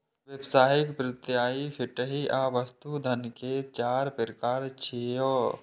व्यावसायिक, प्रत्ययी, फिएट आ वस्तु धन के चार प्रकार छियै